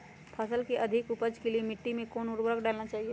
फसल के अधिक उपज के लिए मिट्टी मे कौन उर्वरक डलना चाइए?